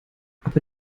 aber